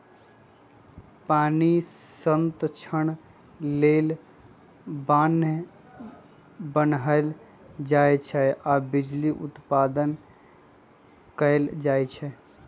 पानी संतक्षण लेल बान्ह बान्हल जाइ छइ आऽ बिजली उत्पादन कएल जाइ छइ